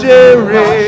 Jerry